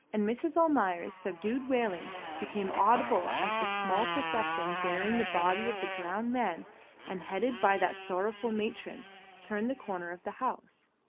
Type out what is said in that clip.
and mrs. almayer's subdued wailing became audible as the small procession bearing the body of the drowned man and headed by that sorrowful matron turned the corner of the house.